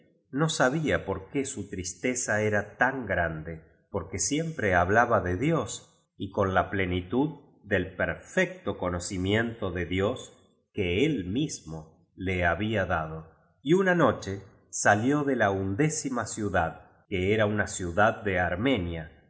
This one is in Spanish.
no sabia por qué su tristeza era tan grande porque siempre habla ba de dios y con la plenitud del perfecto conocimiento de dios que él mismo le había dado y una noche salió de la undécima ciudad que era una ciudad de armenia